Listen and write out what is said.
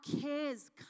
cares